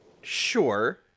Sure